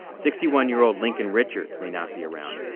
sixty one year old lincoln richards may not be around,